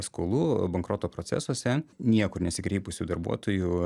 skolų bankroto procesuose niekur nesikreipusių darbuotojų